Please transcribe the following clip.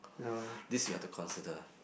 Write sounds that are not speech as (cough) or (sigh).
(noise) this you have to consider